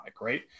right